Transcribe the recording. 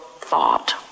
thought